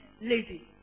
lady